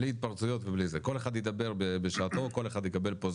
בלי התפרצויות ובלי זה,